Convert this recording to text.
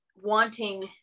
wanting